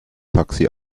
taxi